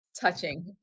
touching